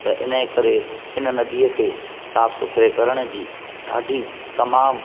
त इन करे इन नदीअ खे साफ़ु सुथिरे करण जी ॾाढी तमामु